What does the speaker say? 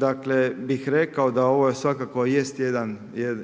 dakle bih rekao da ovo svakako jest